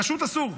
פשוט אסור.